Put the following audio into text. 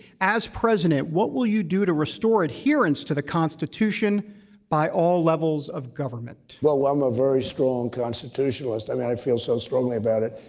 as president, what will you do to restore adherence to the constitution by all levels of government? i'm a very strong constitutionalist. i mean i feel so strongly about it.